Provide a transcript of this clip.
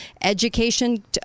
education